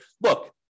look